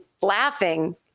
laughing